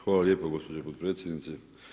Hvala lijepo gospođo potpredsjednice.